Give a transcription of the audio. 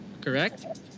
correct